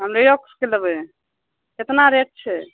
हम लेयोक्सके लेबय केतना रेट छै